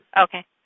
okay